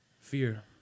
fear